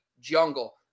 Jungle